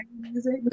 music